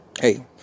Hey